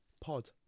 Pod